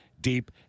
deep